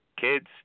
kids